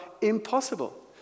impossible